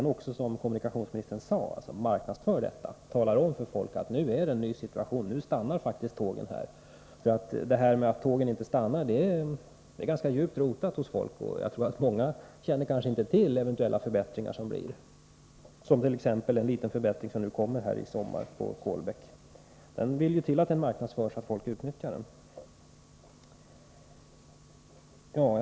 Man får också, som kommunikationsministern sade, tala om för folk att vi nu har fått en ny situation — nu stannar faktiskt tågen. Det här med att tågen inte stannar är ganska djupt rotat hos folk. Jag tror att många inte känner till eventuella förbättringar, t.ex. en sådan liten förbättring som den som kommer i sommar i Kolbäck. Det vill till att den marknadsförs, så att folk utnyttjar denna möjlighet.